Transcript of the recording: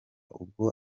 ubwo